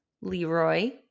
Leroy